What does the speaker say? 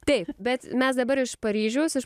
taip bet mes dabar iš paryžiaus iš